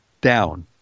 down